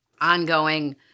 ongoing